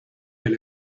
del